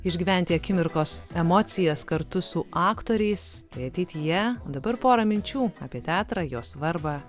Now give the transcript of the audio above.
išgyventi akimirkos emocijas kartu su aktoriais tai ateityje dabar porą minčių apie teatrą jo svarbą